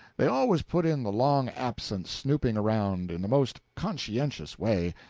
they always put in the long absence snooping around, in the most conscientious way,